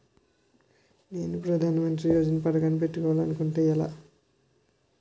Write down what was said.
నేను ప్రధానమంత్రి యోజన పథకానికి పెట్టుకోవాలి అనుకుంటున్నా ఎలా?